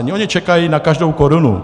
Oni čekají na každou korunu.